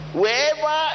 wherever